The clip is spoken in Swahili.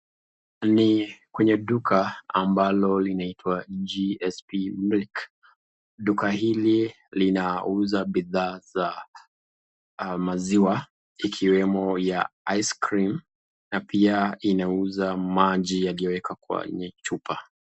Ni kwenye duka ambalo linaitwa GSP milk, duka hili linauza bidhaa za maziwa ikiwemo ya ice cream na pia yauza maji yaliowekwa kwenye chupa.